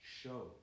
show